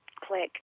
click